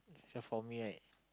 so for me right